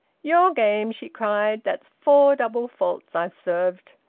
your game! she cried. that's four double faults i've served.